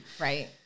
Right